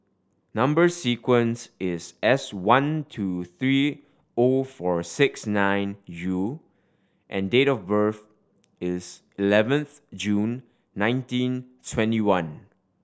number sequence is S one two three O four six nine U and date of birth is eleventh June nineteen twenty one